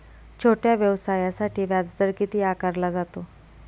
छोट्या व्यवसायासाठी व्याजदर किती आकारला जातो?